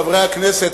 חברי הכנסת,